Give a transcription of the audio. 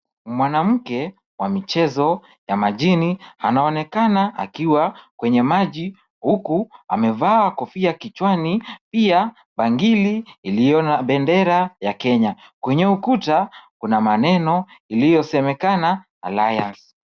Mwanamke wa michezo ya majini anaonekana akiwa kwenye maji, huku amevaa kofia kichwani pia bangili iliyo na bendera ya Kenya. Kwenye ukuta kuna maneno iliyosemekana Allianz.